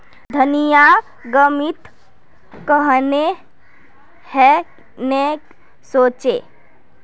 धनिया गर्मित कन्हे ने होचे?